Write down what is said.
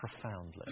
profoundly